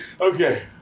Okay